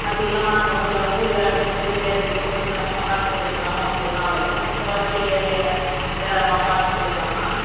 அதுக்கில்லமா நாங்கள் கொஞ்சம் கூலி வேலை செஞ்சிட்டு வில்லேஜிலேர்ந்து கொஞ்ச கொஞ்சமாக காசு சேர்த்துன்னு தான்மா வந்துருக்குறோம் அதோட கொஞ்சம் குறச்சி இடமா பார்த்து சொல்லுங்களேம்மா